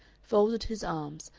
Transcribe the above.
folded his arms,